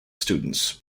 students